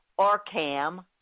OrCam